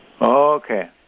Okay